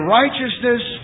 righteousness